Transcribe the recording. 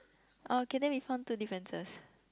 okay then we found two differences